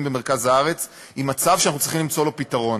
במרכז הארץ הוא מצב שאנחנו צריכים למצוא לו פתרון.